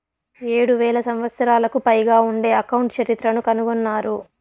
ఏడు వేల సంవత్సరాలకు పైగా ఉండే అకౌంట్ చరిత్రను కనుగొన్నారు